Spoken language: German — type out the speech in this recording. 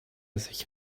sich